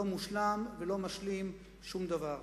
לא מושלם ולא משלים שום דבר.